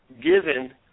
given